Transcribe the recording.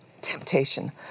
temptation